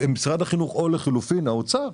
או לחילופין האוצר,